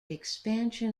expansion